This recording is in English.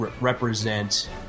represent